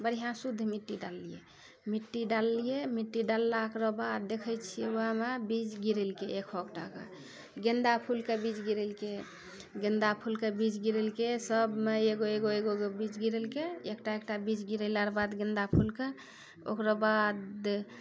बढ़िआँ शुद्ध मिट्टी डाललियै मिट्टी डाललियै मिट्टी डाललाक रो बाद देखै छियै उएहमे बीज गिरेलकै एकहकटाके गेन्दा फूलके बीज गिरेलकै गेन्दा फूलके बीज गिरेलकै सभमे एगो एगो एगो एगो बीज गिरेलकै एकटा एकटा बीज गिरेला र बाद गेन्दा फूलके ओकरो बाद